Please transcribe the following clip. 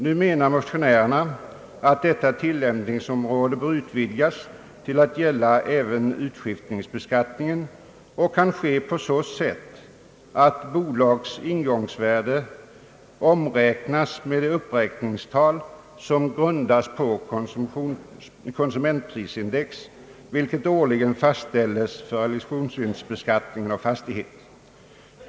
Nu menar motionärerna, att detta tillämpningsområde bör utvidgas till att gälla även utskiftningsbeskattningen och att detta kan ske genom att ett bolags ingångsvärde omräknas med de uppräkningstal, grundade på konsumentprisindex, som årligen fastställts för realisationsvinstbeskattning av fastighet.